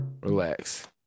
Relax